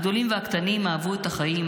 הגדולים והקטנים אהבו את החיים,